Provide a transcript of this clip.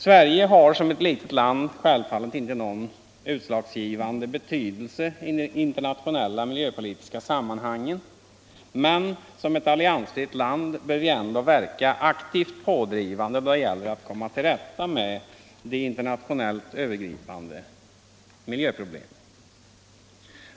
Sverige har som ett litet land självfallet inte någon utslagsgivande betydelse i de internationella miljöpolitiska sammanhangen, men som ett alliansfritt land bör vi ändå verka aktivt pådrivande då det gäller att komma till rätta med de internationellt övergripande miljöproblemen.